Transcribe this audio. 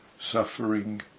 suffering